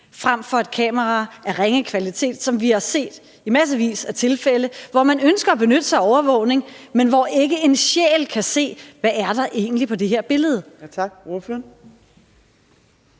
frem for et kamera af ringe kvalitet, som vi har set i massevis af tilfælde, hvor man ønsker at benytte sig af overvågning, men hvor der ikke er en sjæl, der kan se, hvad der egentlig er på det billede. Kl.